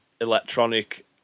electronic